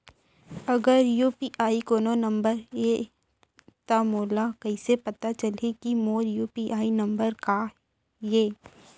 अगर यू.पी.आई कोनो नंबर ये त मोला कइसे पता चलही कि मोर यू.पी.आई नंबर का ये?